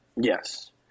Yes